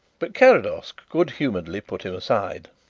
but carrados good-humouredly put him aside.